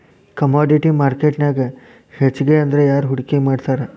Commodity ಮಾರ್ಕೆಟ್ನ್ಯಾಗ್ ಹೆಚ್ಗಿಅಂದ್ರ ಯಾರ್ ಹೂಡ್ಕಿ ಮಾಡ್ತಾರ?